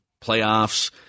playoffs